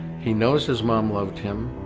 he knows his mom loved him,